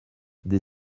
des